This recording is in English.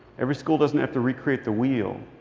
every school doesn't have to re-create the wheel.